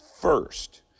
first